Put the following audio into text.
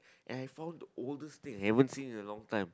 and I found the oldest thing haven't seen in a long time